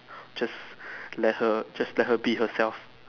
just let her just let her be herself